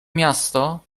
miasto